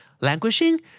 Languishing